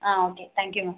ah okay thank you ma'am